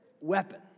weapon